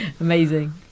Amazing